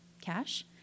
cash